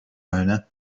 owner